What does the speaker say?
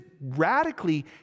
radically